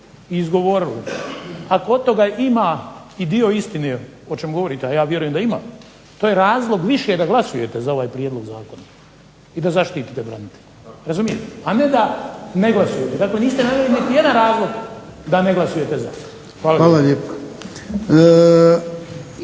i izgovorili, ako od toga ima i dio istine o čemu govorite, a ja vjerujem da ima, to je razlog više da glasujete za ovaj prijedlog zakona i da zaštitite branitelje, a ne da ne glasujete. Dakle, niste naveli nijedan razlog da ne glasujete za. Hvala lijepa. **Jarnjak,